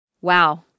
Wow